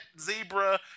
zebra